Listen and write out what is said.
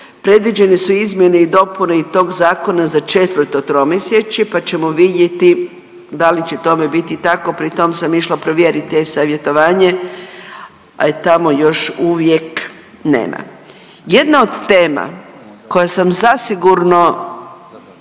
predviđene su izmjene i dopune i tog zakona za četvrto tromjesečje, pa ćemo vidjeti da li će tome biti tako, pri tom sam išla provjerit e-savjetovanje, a tamo još uvijek nema. Jedna od tema koju sam zasigurno,